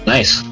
Nice